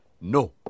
No